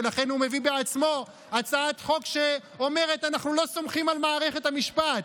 ולכן הוא מביא בעצמו הצעת חוק שאומרת: אנחנו לא סומכים על מערכת המשפט.